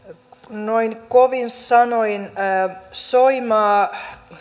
noin kovin sanoin soimaa